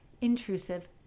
intrusive